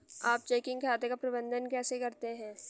आप चेकिंग खाते का प्रबंधन कैसे करते हैं?